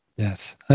Yes